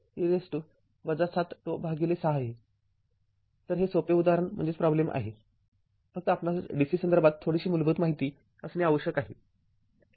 तर हे सोपे उदाहरण आहे फक्त आपणास dc संदर्भात थोडीशी मूलभूत माहिती असणे आवश्यक आहे